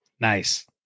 nice